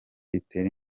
itere